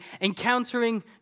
Encountering